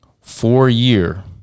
four-year